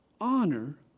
honor